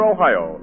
Ohio